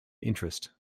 interest